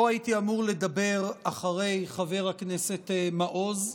לא הייתי אמור לדבר אחרי חבר הכנסת מעוז.